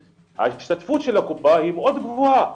ההשתתפות של הקופה היא מאוד גבוהה,